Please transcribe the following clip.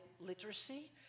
literacy